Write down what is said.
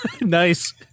nice